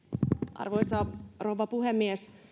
arvoisa rouva puhemies